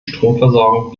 stromversorgung